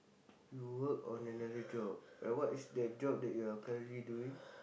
you work on the another job and what is that job that you are currently doing